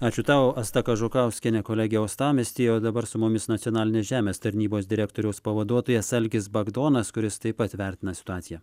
ačiū tau asta kažukauskienė kolegė uostamiestyje o dabar su mumis nacionalinės žemės tarnybos direktoriaus pavaduotojas algis bagdonas kuris taip pat vertina situaciją